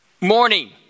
morning